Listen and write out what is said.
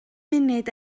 munud